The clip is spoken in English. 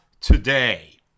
today